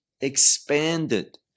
expanded